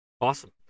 Awesome